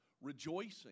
rejoicing